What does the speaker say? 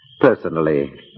Personally